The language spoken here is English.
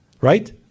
right